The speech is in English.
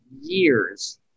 years